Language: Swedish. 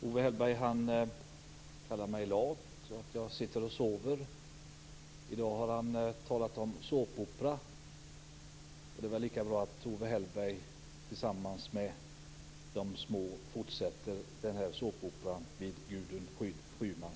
Herr talman! Owe Hellberg kallar mig lat och säger att jag sitter och sover. I dag har han talat om såpopera. Det är väl lika bra att Owe Hellberg tillsammans med de små fortsätter såpoperan vid Gudrun